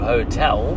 Hotel